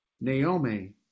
Naomi